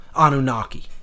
Anunnaki